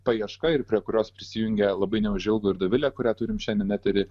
paieška ir prie kurios prisijungė labai neužilgo ir dovilė kurią turim šiandien etery